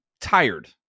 tired